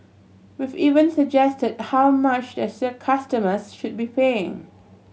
we've even suggest how much their customers should be paying